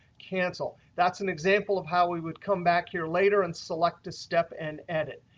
cancel. that's an example of how we would come back here later and select a step and edit.